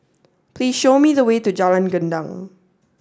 please show me the way to Jalan Gendang